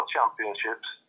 Championships